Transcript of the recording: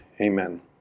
amen